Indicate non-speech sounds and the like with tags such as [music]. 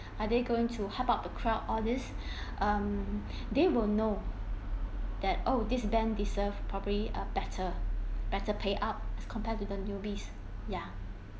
[breath] are they going to hype up the crowd all this [breath] um [breath] they will know that oh this band deserved probably (uh)better better pay up as compare to the newbies ya